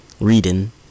reading